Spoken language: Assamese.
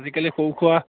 আজিকালি সৰু সুৰা